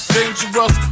Dangerous